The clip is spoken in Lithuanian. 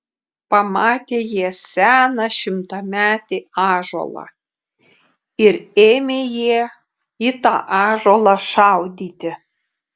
pamatė jie seną šimtametį ąžuolą ir ėmė jie į tą ąžuolą šaudyti